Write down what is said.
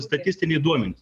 statistiniai duomenys